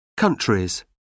Countries